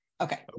Okay